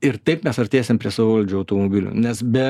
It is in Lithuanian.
ir taip mes artėsim prie savavaldžių automobilių nes be